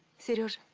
sit on